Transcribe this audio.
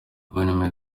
guverinoma